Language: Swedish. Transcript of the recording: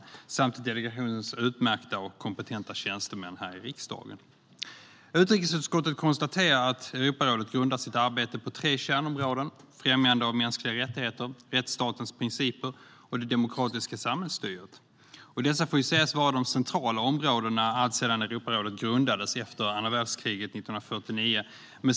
Tack också till delegationens utmärkta och kompetenta tjänstemän här i riksdagen. Utrikesutskottet konstaterar att Europarådet grundar sitt arbete på tre kärnområden: främjande av mänskliga rättigheter, rättsstatens principer och det demokratiska samhällsstyret. Dessa får sägas vara de centrala områdena, alltsedan Europarådet grundades efter andra världskriget 1949.